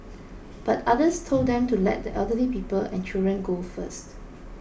but others told them to let the elderly people and children go first